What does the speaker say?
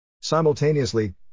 Simultaneously